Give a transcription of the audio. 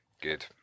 Good